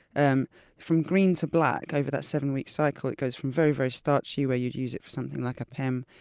and from green to black, over that seven-week cycle, it goes from very, very starchy where you'd use it for something like apem,